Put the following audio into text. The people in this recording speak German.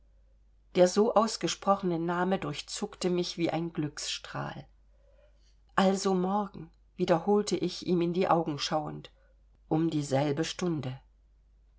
der so ausgesprochene name durchzuckte mich wie ein glücksstrahl also morgen wiederholte ich ihm in die augen schauend um dieselbe stunde